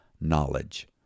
knowledge